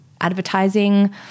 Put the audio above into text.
advertising